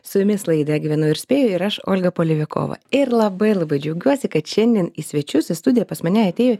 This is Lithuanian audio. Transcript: su jumis laida gyvenu ir spėju ir aš olga polevikova ir labai labai džiaugiuosi kad šiandien į svečius į studiją pas mane atėjo